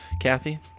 Kathy